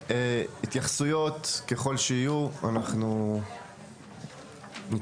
התייחסויות, ככל שיהיו, אנחנו נתייחס.